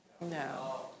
No